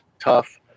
tough